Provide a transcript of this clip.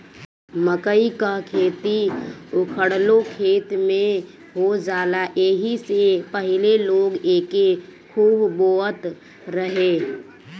मकई कअ खेती उखठलो खेत में हो जाला एही से पहिले लोग एके खूब बोअत रहे